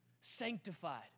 sanctified